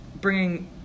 bringing